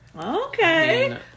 okay